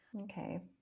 Okay